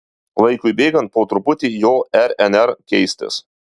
laikui bėgant po truputį jo rnr keistis